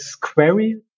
query